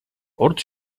урд